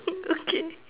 okay